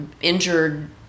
injured